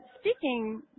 speaking